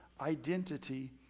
identity